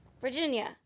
virginia